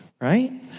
right